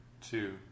two